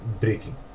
breaking